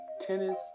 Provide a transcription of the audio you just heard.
Tennis